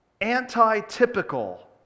anti-typical